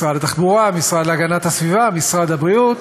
משרד התחבורה, המשרד להגנת הסביבה, משרד הבריאות,